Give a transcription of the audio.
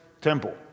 temple